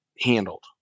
handled